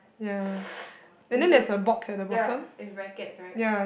there's a ya it rackets right